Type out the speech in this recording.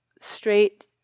straight